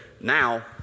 now